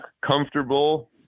comfortable